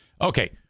Okay